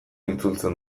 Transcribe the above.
itzultzen